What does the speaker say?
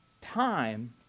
time